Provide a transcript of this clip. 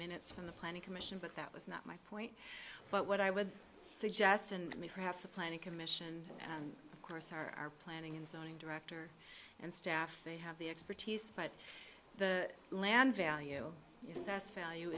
minutes from the planning commission but that was not my point but what i would suggest and the perhaps the planning commission and of course our planning and zoning director and staff they have the expertise but the land value